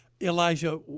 Elijah